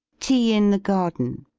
tea in the garden